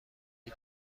ولی